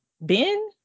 Ben